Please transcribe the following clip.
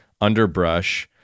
underbrush